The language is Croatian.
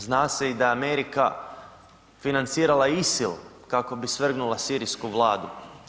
Zna se i da je Amerika financirala ISIL kako bi svrgnula sirijsku Vladu.